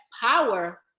power